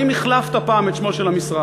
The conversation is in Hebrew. האם החלפת אי-פעם את שמו של המשרד?